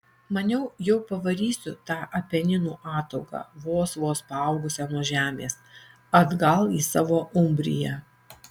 maniau jau pavarysiu tą apeninų ataugą vos vos paaugusią nuo žemės atgal į savo umbriją